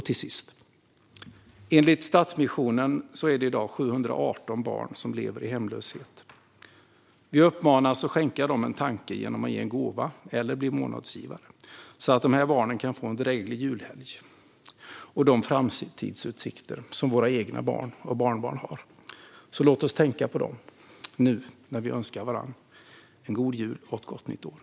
Till sist: Enligt Stadsmissionen är det i dag 718 barn som lever i hemlöshet. Vi uppmanas att skänka dem en tanke genom att ge en gåva eller bli månadsgivare, så att dessa barn kan få en dräglig julhelg och de framtidsutsikter som våra egna barn och barnbarn har. Låt oss tänka på dem nu när vi önskar varandra en god jul och ett gott nytt år.